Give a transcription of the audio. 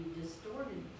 distorted